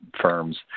firms